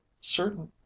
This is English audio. certain